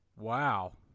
Wow